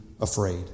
afraid